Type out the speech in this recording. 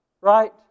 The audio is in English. Right